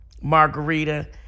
margarita